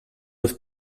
was